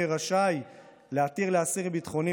יהא רשאי להתיר לאסיר ביטחוני,